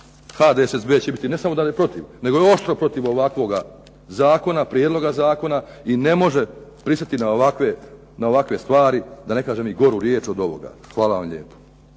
HDSSB će biti ne samo dalje protiv, nego i oštro protiv ovakvoga zakona, prijedloga zakona i ne može pristati na ovakve stvari, da ne kažem i goru riječ od ovoga. Hvala vam lijepo.